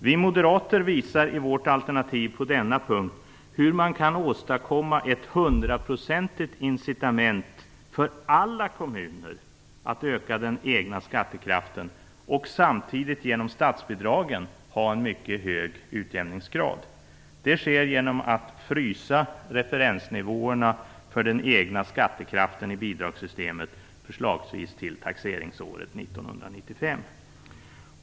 Vi moderater visar i vårt alternativ på denna punkt hur man kan åstadkomma ett hundraprocentigt incitament för alla kommuner att öka den egna skattekraften och samtidigt genom statsbidragen ha en mycket hög utjämningsgrad. Det sker genom att frysa referensnivåerna för den egna skattekraften i bidragssystemet, förslagsvis till nivån taxeringsåret 1995.